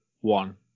one